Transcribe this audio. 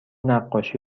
نقاشی